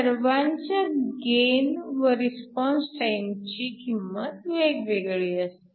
सर्वांच्या गेन व रिस्पॉन्स टाईमची किंमत वेगवेगळी असते